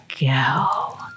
Go